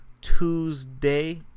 Tuesday